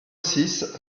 six